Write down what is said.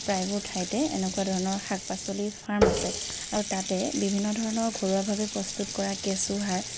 প্ৰায়বোৰ ঠাইতে এনেকুৱা ধৰণৰ শাক পাচলিৰ ফাৰ্ম আছে আৰু তাতে বিভিন্ন ধৰণৰ ঘৰুৱাভাৱে প্ৰস্তুত কৰা কেঁচুসাৰ